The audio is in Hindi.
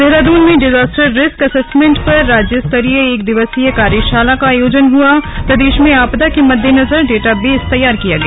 देहरादून में डिजास्टर रिस्क असेसमेंट पर राज्य स्तरीय एक दिवसीय कार्यशाला का आयोजन हुआप्रदेश में आपदा के मद्देनजर डाटाबेस तैयार किया गया